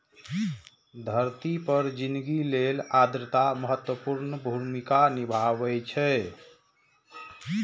धरती पर जिनगी लेल आर्द्रता महत्वपूर्ण भूमिका निभाबै छै